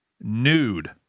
nude